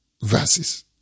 verses